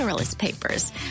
papers